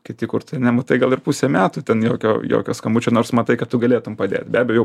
kiti kur tu nematai gal ir pusę metų ten jokio jokio skambučio nors matai kad tu galėtum padėt be abejo